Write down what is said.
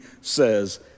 says